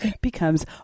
becomes